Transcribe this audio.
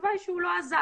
התשובה היא שהוא לא עזר.